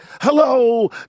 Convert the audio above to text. hello